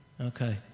Okay